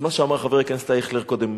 אז מה שאמר חבר כנסת אייכלר קודם,